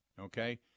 okay